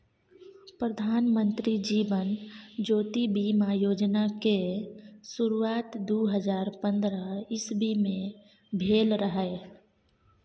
प्रधानमंत्री जीबन ज्योति बीमा योजना केँ शुरुआत दु हजार पंद्रह इस्बी मे भेल रहय